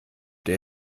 der